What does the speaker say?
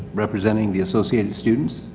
representing the associated students,